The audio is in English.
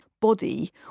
body